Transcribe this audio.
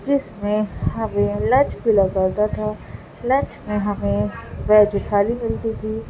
جس میں ہمیں لنچ ملا کرتا تھا لنچ میں ہمیں ویج تھالی ملتی تھی